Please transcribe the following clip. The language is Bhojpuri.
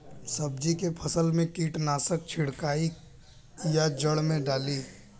सब्जी के फसल मे कीटनाशक छिड़काई या जड़ मे डाली?